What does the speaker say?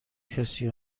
کسی